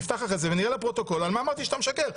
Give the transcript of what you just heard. נפתח ונראה בפרוטוקול על מה אמרתי שאתה משקר.